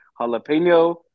jalapeno